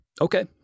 Okay